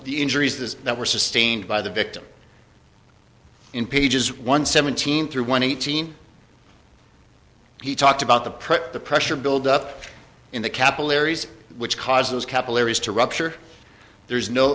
the injuries this that were sustained by the victim in pages one seventeen through one eighteen he talked about the prep the pressure build up in the capillaries which caused those capillaries to rupture there's no